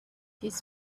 his